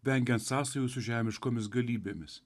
vengiant sąsajų su žemiškomis galybėmis